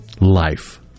life